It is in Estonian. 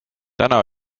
täna